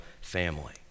family